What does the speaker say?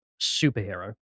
superhero